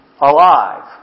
alive